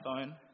phone